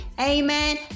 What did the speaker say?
Amen